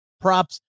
props